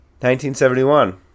1971